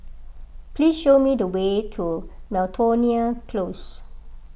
please show me the way to Miltonia Close